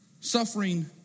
suffering